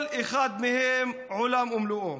כל אחד מהם עולם ומלואו.